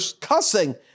cussing